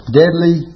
deadly